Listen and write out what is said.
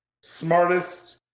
smartest